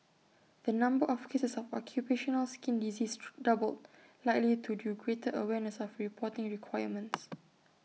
the number of cases of occupational skin disease three doubled likely to due greater awareness of reporting requirements